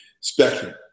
spectrum